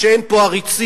שאין פה עריצים,